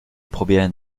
probieren